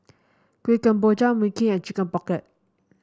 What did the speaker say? Kuih Kemboja Mui Kee and Chicken Pocket